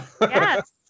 Yes